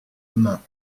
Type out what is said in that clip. main